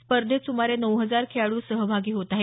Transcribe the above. स्पर्धेत सुमारे नऊ हजार खेळाडू सहभागी होत आहेत